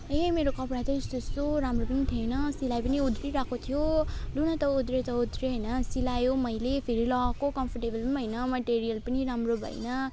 ए मेरो कपडा चाहिँ यस्तो यस्तो राम्रो पनि थिएन सिलाइ पनि उध्रिरहेको थियो लु न त उध्रियो त उध्रियो हैन सिलायो मैले फेरि लगाएको कम्फोर्टेबल पनि भएन मेटेरियल पनि राम्रो भएन